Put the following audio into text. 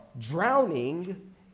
drowning